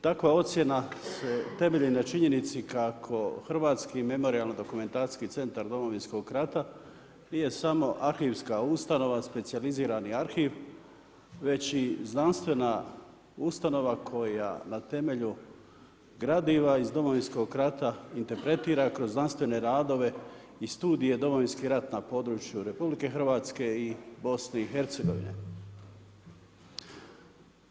Takva ocjena se temelji na činjenici kako Hrvatski memorijalno-dokumentacijski centar Domovinskog rata nije samo arhivska ustanova, specijalizirani arhiv već i znanstvena ustanova koja na temelju gradiva iz Domovinskog rata interpretira kroz znanstvene radove i studije Domovinski rat na području RH i BiH-a.